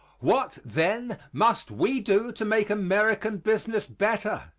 what, then, must we do to make american business better?